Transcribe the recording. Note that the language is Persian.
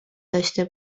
داشته